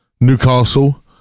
Newcastle